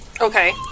Okay